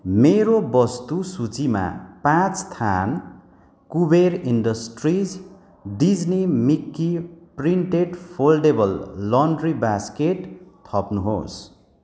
मेरो वस्तु सूचीमा पाँच थान Kuber industries Disney Mickey printed foldable laundry basket थप्नुहोस्